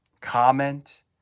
comment